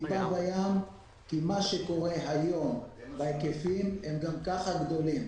כי ההיקפים גם היום גדולים.